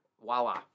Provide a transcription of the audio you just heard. voila